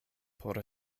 por